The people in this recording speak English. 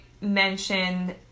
mention